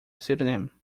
pseudonym